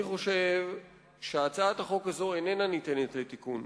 אני חושב שהצעת החוק הזאת איננה ניתנת לתיקון.